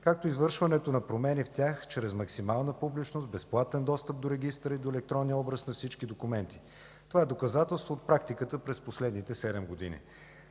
както и извършването на промени в тях, чрез максимална публичност, безплатен достъп до регистъра и до електронния образ на всички документи. Това е доказателство от практиката през последните седем години.